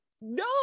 no